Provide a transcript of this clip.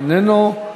איננו,